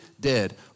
dead